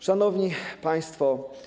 Szanowni Państwo!